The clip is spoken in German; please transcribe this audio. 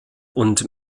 und